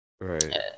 Right